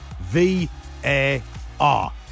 V-A-R